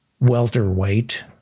welterweight